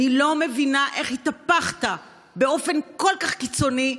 אני לא מבינה איך התהפכת באופן כל כך קיצוני,